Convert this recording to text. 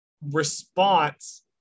response